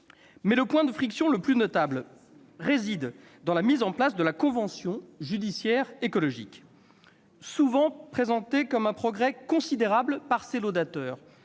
Mais le point de friction le plus notable réside dans la mise en place de la convention judiciaire écologique. Souvent présentée comme un progrès considérable par ses laudateurs,